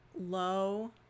low